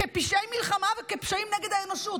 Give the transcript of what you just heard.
כפשעי מלחמה וכפשעים נגד האנושות.